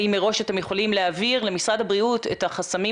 האם מראש אתם יכולים להעביר למשרד הבריאות את החסמים